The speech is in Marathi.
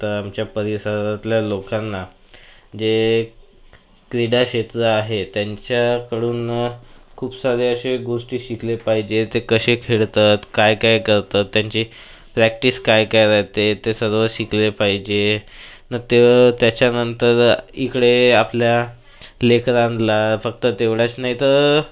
तर आमच्या परिसरातल्या लोकांना जे क्रीडाक्षेत्र आहे त्यांच्याकडून खूप साऱ्या अशा गोष्टी शिकल्या पाहिजे ते कसे खेळतात कायकाय करतात त्यांची प्रॅक्टिस कायकाय राहाते ते सर्व शिकले पाहिजे न ते त्याच्यानंतर इकडे आपल्या लेकरांना फक्त तेवढ्याच नाही तर